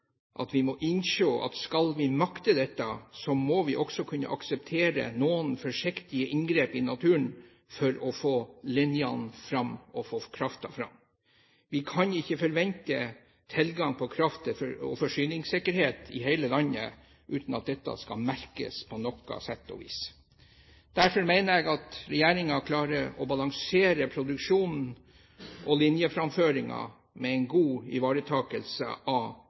at vi må innse at skal vi makte dette, må vi også kunne akseptere noen forsiktige inngrep i naturen for å få linjene fram og få kraften fram. Vi kan ikke forvente tilgang på kraft og forsyningssikkerhet i hele landet uten at dette skal merkes på noe sett og vis. Derfor mener jeg at regjeringen klarer å balansere produksjonen og linjeframføringen med en god ivaretakelse av